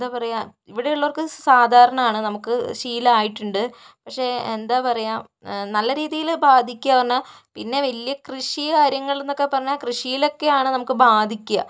എന്താ പറയുക ഇവിടെ ഉള്ളവർക്ക് ഇത് സാധാരണമാണ് നമുക്ക് ശീലമായിട്ടുണ്ട് പക്ഷേ എന്താ പറയുക നല്ല രീതിയിൽ ബാധിക്കുക പറഞ്ഞാൽ പിന്നെ വലിയ കൃഷി കാര്യങ്ങൾ എന്നൊക്കെ പറഞ്ഞാൽ കൃഷിയിലൊക്കെയാണ് നമുക്ക് ബാധിക്കുക